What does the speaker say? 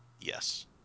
Yes